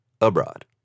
Abroad